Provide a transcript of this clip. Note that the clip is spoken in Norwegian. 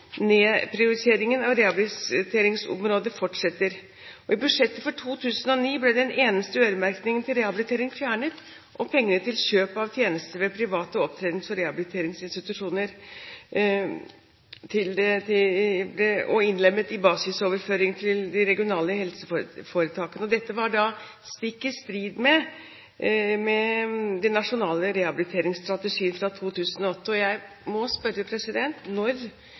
Nedprioriteringen av rehabiliteringsområdet fortsetter. I budsjettet for 2009 ble den eneste øremerkingen til rehabilitering fjernet, og pengene til kjøp av tjenester ved private opptrenings- og rehabiliteringsinstitusjoner ble innlemmet i basisoverføringer til de regionale helseforetakene. Dette var da stikk i strid med den nasjonale rehabiliteringsstrategien, fra 2008, og jeg må spørre: Når